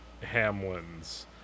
Hamlin's